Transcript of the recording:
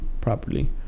Properly